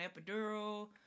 epidural